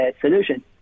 solution